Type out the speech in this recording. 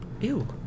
Ew